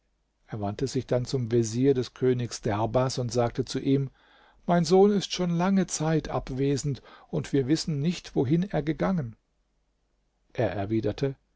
er wandte sich dann zum vezier des königs derbas und sagte ihm mein sohn ist schon lange zeit abwesend und wir wissen nicht wohin er gegangen er erwiderte